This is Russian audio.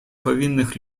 повинных